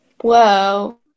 Whoa